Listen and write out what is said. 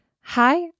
hi